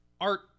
art